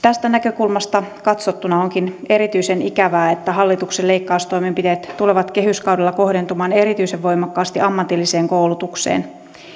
tästä näkökulmasta katsottuna onkin erityisen ikävää että hallituksen leikkaustoimenpiteet tulevat kehyskaudella kohdentumaan erityisen voimakkaasti ammatilliseen koulutukseen